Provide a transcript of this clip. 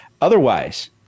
otherwise